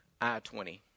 I-20